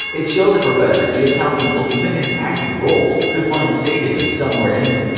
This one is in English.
it showed the professor just how people even in acting roles could find sadism somewhere in them.